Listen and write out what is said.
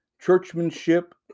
churchmanship